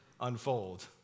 unfold